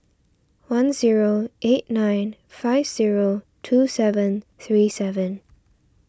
one zero eight nine five zero two seven three seven